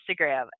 Instagram